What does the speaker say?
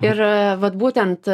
ir vat būtent